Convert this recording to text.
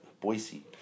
Boise